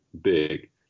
big